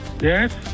Yes